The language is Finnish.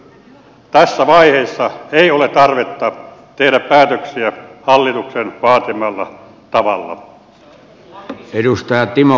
tässä vaiheessa ei ole tarvetta tehdä päätöksiä hallituksen vaatimalla tavalla